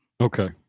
Okay